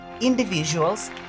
individuals